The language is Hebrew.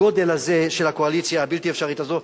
הגודל הזה של הקואליציה הבלתי-אפשרית הזאת,